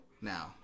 now